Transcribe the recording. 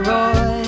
Roy